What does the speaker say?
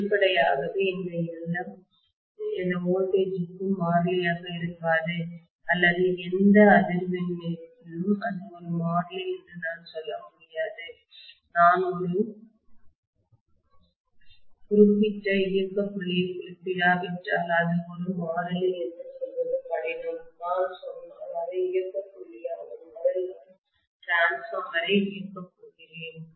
எனவே வெளிப்படையாக இந்த Lm எந்த வோல்டேஜ் க்கும் மாறிலியாக இருக்காது அல்லது எந்த அதிர்வெண்ணிலும் அது ஒரு மாறிலி என்று நான் சொல்ல முடியாது நான் ஒரு குறிப்பிட்ட இயக்க புள்ளியைக் குறிப்பிடாவிட்டால் அது ஒரு மாறிலி என்று சொல்வது கடினம் நான் சொன்னால் இது இயக்க புள்ளியாகும் அதில் நான் டிரான்ஸ்பார்மர் ஐ இயக்கப் போகிறேன்